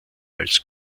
als